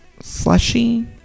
slushy